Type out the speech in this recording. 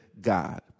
God